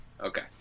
okay